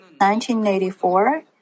1984